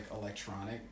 electronic